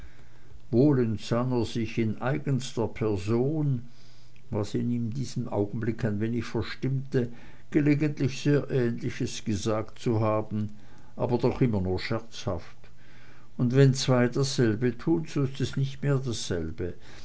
er sich in eigenster person was ihn in diesem augenblick ein wenig verstimmte gelegentlich sehr ähnliches gesagt zu haben aber doch immer nur scherzhaft und wenn zwei dasselbe tun so ist es nicht mehr dasselbe